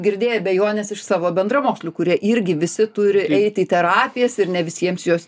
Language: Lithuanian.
girdėjai abejones iš savo bendramokslių kurie irgi visi turi eiti į terapijas ir ne visiems jos